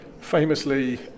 Famously